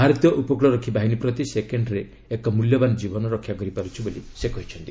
ଭାରତୀୟ ଉପକୂଳରକ୍ଷୀ ବାହିନୀ ପ୍ରତି ସେକେଣ୍ଟରେ ଏକ ମୂଲ୍ୟବାନ ଜୀବନ ରକ୍ଷାକରିପାରୁଛି ବୋଲି ସେ କହିଛନ୍ତି